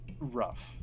rough